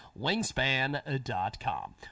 Wingspan.com